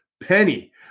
penny